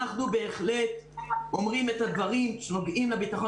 אנחנו בהחלט אומרים את הדברים שנוגעים לביטחון